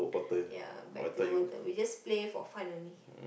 ya back to the water we just play for fun only